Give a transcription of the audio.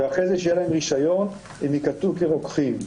ואחרי זה כשיהיה להם רישיון הם ייקלטו כרוקחים.